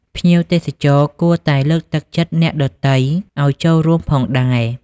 ភ្ញៀវទេសចរគួរតែលើកទឹកចិត្តអ្នកដទៃឱ្យចូលរួមផងដែរ។